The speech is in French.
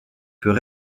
peut